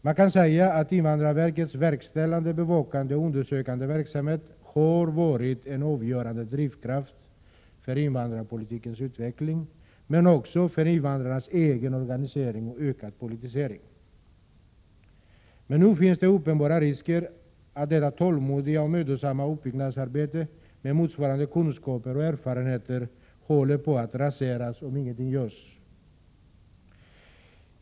Man kan säga att invandrarverkets verkställande, bevakande och undersökande verksamhet har varit en avgörande drivkraft för invandrarpolitikens utveckling men också för invandrarnas egen organisering och ökande politisering. Men nu finns det uppenbara risker för att detta tålmodiga och mödosamma uppbyggnadsarbete med motsvarande kunskaper och erfarenheter håller på att raseras om ingenting görs.